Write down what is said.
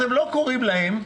הם לא קוראים להם,